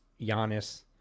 Giannis